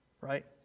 Right